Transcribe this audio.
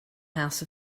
house